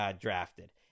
drafted